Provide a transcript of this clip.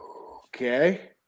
Okay